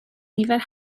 nifer